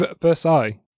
Versailles